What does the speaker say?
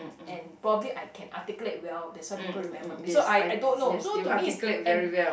and probably I can articulate well that's why people remember me so I I don't know so to me is and